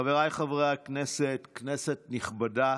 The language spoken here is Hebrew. חבריי חברי הכנסת, כנסת נכבדה,